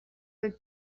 del